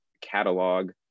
catalog